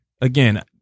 Again